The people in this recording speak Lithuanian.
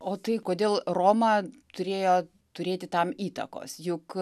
o tai kodėl roma turėjo turėti tam įtakos juk